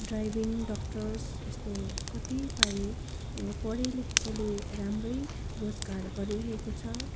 driving doctors यस्तो कतिपय पढेलेखेकोले राम्रै रोजगार गरिरहेको छ